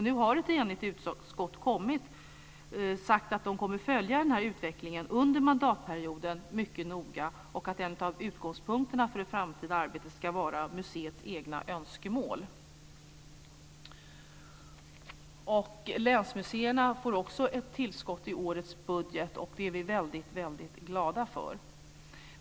Nu har ett enigt utskott sagt att man kommer att följa den här utvecklingen mycket noga under mandatperioden och att en av utgångspunkterna för det framtida arbetet ska vara museets egna önskemål. Länsmuseerna får också ett tillskott i årets budget, och det är vi väldigt glada för.